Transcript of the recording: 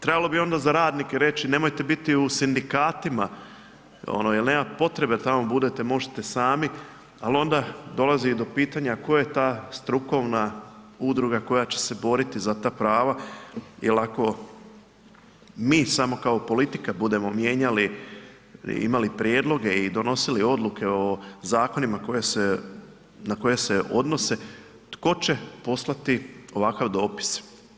Trebalo bi onda za radnike reći nemojte biti u sindikatima jer nema potrebe da tamo budete, možete sami ali onda dolazi i do pitanja koje ta strukovna udruga koja će se boriti za ta prava jer ako mi samo kao politika budemo mijenjali, imali prijedloge i donosili odluke o zakonima na koje se odnose, tko će poslati ovakav dopis?